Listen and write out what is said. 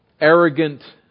arrogant